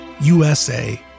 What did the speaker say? USA